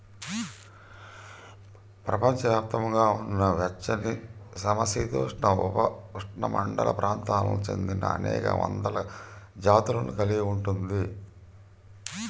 ప్రపంచవ్యాప్తంగా ఉన్న వెచ్చనిసమశీతోష్ణ, ఉపఉష్ణమండల ప్రాంతాలకు చెందినఅనేక వందల జాతులను కలిగి ఉంది